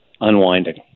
unwinding